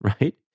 Right